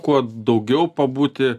kuo daugiau pabūti